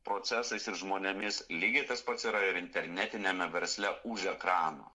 procesais ir žmonėmis lygiai tas pats yra ir internetiniame versle už ekrano